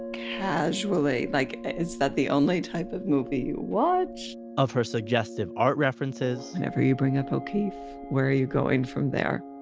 casually. like is that the only type of movie you watch? of her suggestive art references whenever you bring up o'keeffe, where are you going from there?